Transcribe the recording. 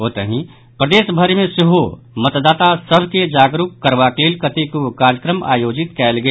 ओतहि प्रदेश भरि मे सेहो मतदाता सभक के जागरूक करबाक लेल कतेको कार्यक्रम आयोजित कयल गेल